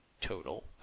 total